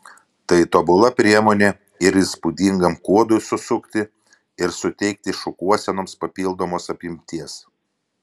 tai tobula priemonė ir įspūdingam kuodui susukti ir suteikti šukuosenoms papildomos apimties